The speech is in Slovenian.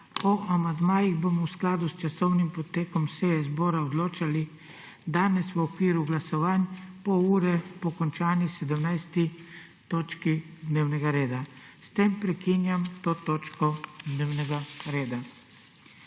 O amandmajih bomo v skladu s časovnim potekom seje zbora odločali danes v okviru glasovanj, pol ure po končani 17. točki dnevnega reda. S tem prekinjam to točko dnevnega reda.